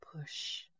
push